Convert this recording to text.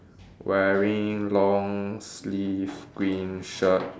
wearing long sleeve green shirt